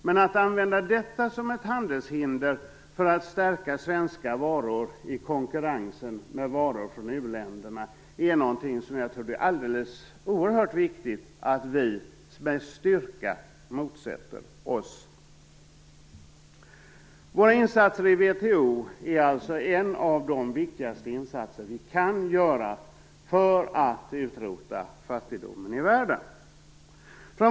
Men användandet av detta som ett handelshinder för att stärka svenska varor i konkurrensen med varor från uländerna är något som det är alldeles oerhört viktigt att vi med styrka motsätter oss. Våra insatser vid WTO är alltså en av de viktigaste insatser vi kan göra för att utrota fattigdomen i världen.